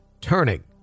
turning